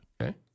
Okay